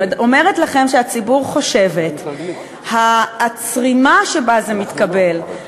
אומרת לכם ש"הציבור חושבת" הצרימה שבה זה מתקבל,